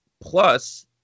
Plus